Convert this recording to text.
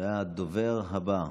הדובר הבא,